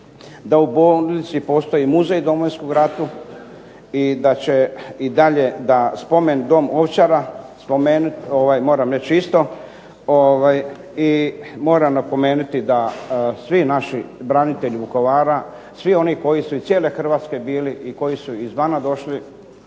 da u bolnici postoji muzej o Domovinskom ratu i da će i dalje da spomen dom Ovčara, moram reći isto, i moram napomenuti da svi naši branitelji Vukovara, svi oni koji su iz cijele Hrvatske bili i koji su izvana došli,